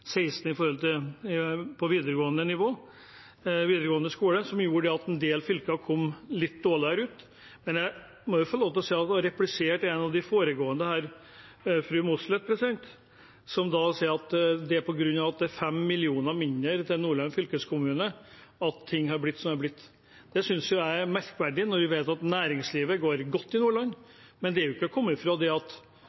16 år og på videregående skole, og som gjorde at en del fylker kom litt dårligere ut. Men jeg må få lov til å replisere til en av de foregående talerne, fru Mossleth, som sa at det er på grunn av at det er 5 mill. kr mindre til Nordland fylkeskommune, at ting er blitt som de er blitt: Det synes jeg er merkverdig når vi vet at næringslivet går godt i Nordland.